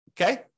okay